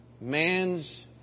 Man's